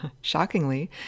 shockingly